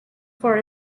for